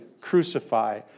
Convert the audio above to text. crucify